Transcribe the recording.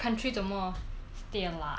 那你呢你觉得呢